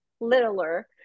littler